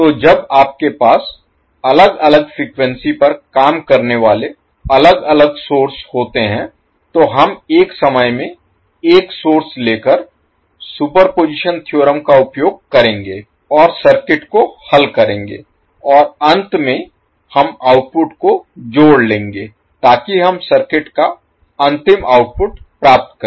तो जब आपके पास अलग अलग फ्रीक्वेंसी पर काम करने वाले अलग अलग सोर्स होते हैं तो हम एक समय में एक सोर्स लेकर सुपरपोज़िशन थ्योरम का उपयोग करेंगे और सर्किट को हल करेंगे और अंत में हम आउटपुट को जोड़ लेंगे ताकि हम सर्किट का अंतिम आउटपुट प्राप्त करें